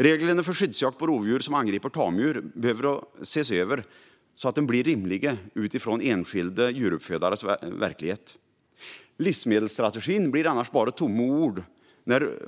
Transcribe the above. Reglerna för skyddsjakt på rovdjur som angriper tamdjur behöver ses över så att de blir rimliga utifrån enskilda djuruppfödares verklighet. Livsmedelsstrategin blir bara tomma ord